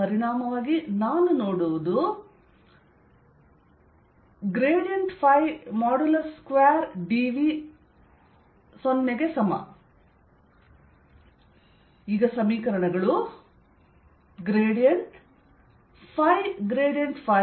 ಪರಿಣಾಮವಾಗಿ ನಾನು ನೋಡುವುದು | 2dV0